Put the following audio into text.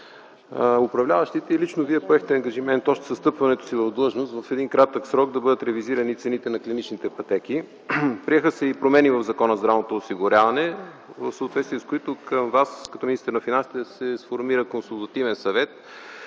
Управляващите и лично Вие поехте ангажимент още с встъпването си в длъжност в един кратък срок да бъдат ревизирани цените на клиничните пътеки. Приеха се и промени в Закона за здравното осигуряване, в съответствие с които към Вас, като министър на финансите, се сформира консултативен съвет,